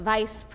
Vice